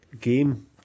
Game